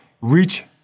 reach